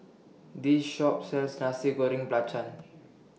This Shop sells Nasi Goreng Belacan